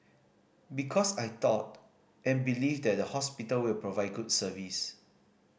because I thought and believe that the hospital will provide good service